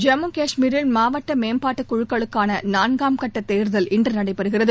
ஜம்மு காஷ்மீரில் மாவட்ட மேம்பாட்டு குழக்களுக்கான நான்காம்கட்ட தேர்தல் இன்று நடைபெறுகிறது